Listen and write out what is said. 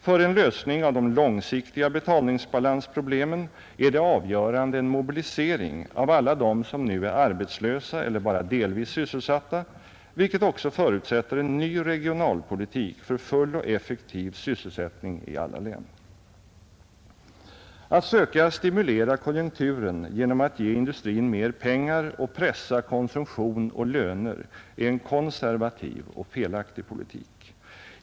För en lösning av de långsiktiga betalningsbalansproblemen är det avgörande en mobilisering av alla dem som nu är arbetslösa eller bara delvis sysselsatta, vilket också förutsätter en ny regionalpolitik för full och effektiv sysselsättning i alla län. Att söka stimulera konjunkturen genom att ge industrin mer pengar och pressa konsumtion och löner är en konservativ och felaktig politik.